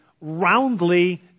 roundly